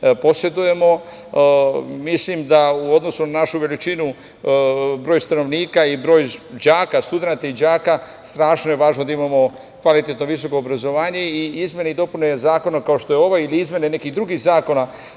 posedujemo. Mislim da je u odnosu na našu veličinu, broj stanovnika, broj đaka i studenata, strašno je važno da imamo kvalitetno visoko obrazovanje. Izmene i dopune zakona kao što je ovaj ili izmene nekih drugih zakona